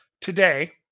today